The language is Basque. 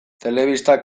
telebista